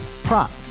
Prop